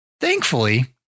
Thankfully